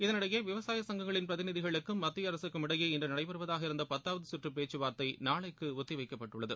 இதனிடையே விவசாய சுங்கங்களின் பிரதிநிதிகளுக்கும் மத்திய அரசுக்கும் இடையே இஇன்று நடைபெறுவதாக இருந்த பத்தாவது சுற்று பேச்சுவார்த்தை நாளைக்கு ஒத்தி வைக்கப்பட்டுள்ளது